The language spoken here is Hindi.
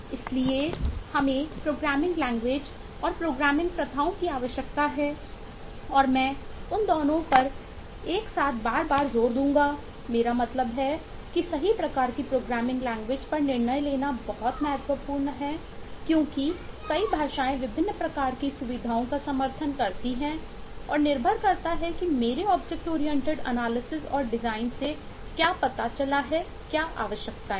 इसलिए हमें प्रोग्रामिंग लैंग्वेज से क्या पता चला है क्या आवश्यकताएं हैं